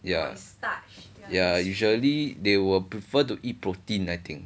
ya ya usually they will prefer to eat protein I think